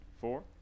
four